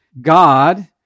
God